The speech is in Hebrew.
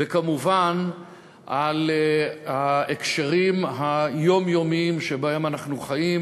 וכמובן על ההקשרים היומיומיים שבהם אנחנו חיים.